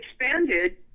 expanded